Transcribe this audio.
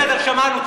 בסדר, בסדר, שמענו.